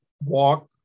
walk